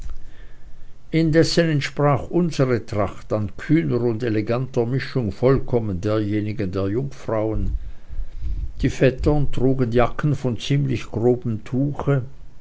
indessen entsprach unsere tracht an kühner und eleganter mischung vollkommen derjenigen der jungfrauen die vettern trugen jacken von ziemlich grobem tuche